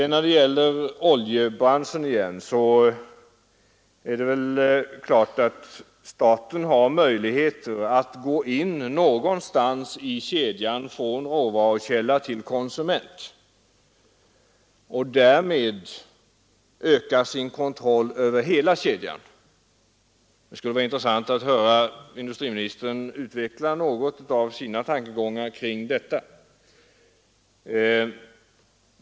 När det gäller oljebranschen är det väl klart att staten har möjligheter att gå in någonstans i kedjan från råvarukälla till konsument och därmed öka sin kontroll över hela kedjan. Det skulle vara intressant att höra industriministern utveckla något av sina tankegångar kring detta.